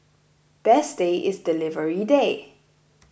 best day is delivery day